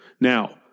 Now